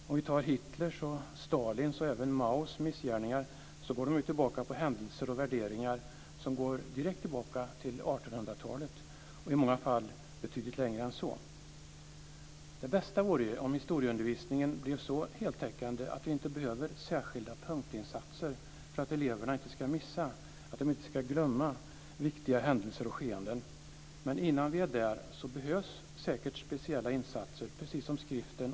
T.ex. Hitlers, Stalins och även Maos missgärningar går ju direkt tillbaka till händelser och värderingar på 1800-talet och i många fall betydligt längre tillbaka än så. Det bästa vore om historieundervisningen blev så heltäckande att det inte behövdes särskilda punktinsatser för att eleverna inte ska missa och glömma viktiga händelser och skeenden. Men innan vi är där behövs säkert speciella insatser, precis som skriften .